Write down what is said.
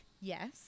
Yes